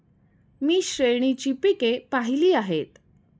मी श्रेणीची पिके पाहिली आहेत